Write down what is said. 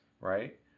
right